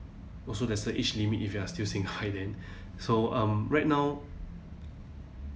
also there's the age limit if you are still single then so um right now